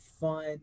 fun